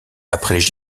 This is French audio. après